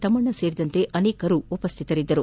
ತಮ್ನಣ್ಣ ಸೇರಿದಂತೆ ಅನೇಕರು ಉಪಸ್ಥಿತರಿದ್ದರು